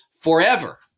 forever